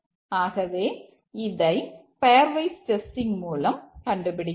ஆகவே இதை pairwise testing மூலம் கண்டுபிடிக்கலாம்